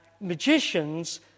magicians